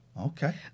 Okay